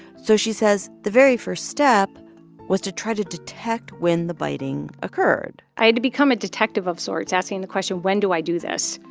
so she says the very first step was to try to detect when the biting occurred i had to become a detective of sorts, asking the question, when do i do this?